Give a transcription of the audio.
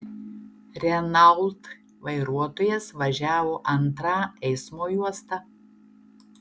renault vairuotojas važiavo antrą eismo juosta